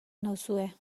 nauzue